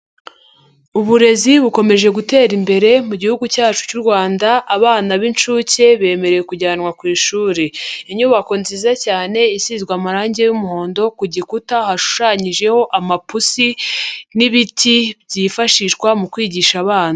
Uburezi bukomeje gutera imbere mu gihugu cyacu cy'u rwanda, abana b'inshuke bemerewe kujyanwa ku ishuri, inyubako nziza cyane isizwe amarangi y'umuhondo, ku gikuta hashushanyijeho amapusi n'ibiti byifashishwa mu kwigisha abana.